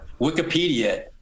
Wikipedia